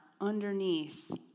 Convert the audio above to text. underneath